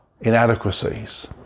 inadequacies